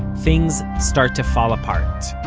things start to fall apart.